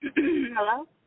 Hello